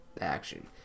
action